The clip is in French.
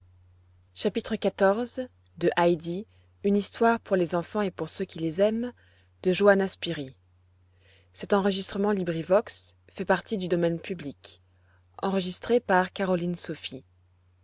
fr heidi une histoire pour les enfants et pour ceux qui les aiment par j spyri